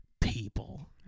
People